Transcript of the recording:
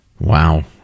Wow